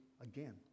again